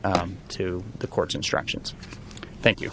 to the court's instructions thank you